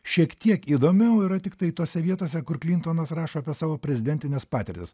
šiek tiek įdomiau yra tiktai tose vietose kur klintonas rašo apie savo prezidentines patirtis